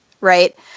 right